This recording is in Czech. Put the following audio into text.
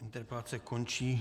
Interpelace končí.